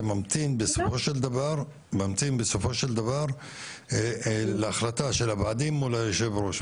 זה ממתין בסופו של דבר להחלטה של הוועדים אל מול היושב ראש.